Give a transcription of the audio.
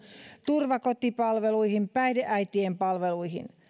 turvakotipalveluihin sekä päihdeäitien palveluihin